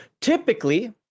typically